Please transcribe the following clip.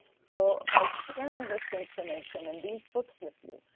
so by sharing this information and these books with you,